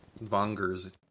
Vonger's